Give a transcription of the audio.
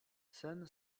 sen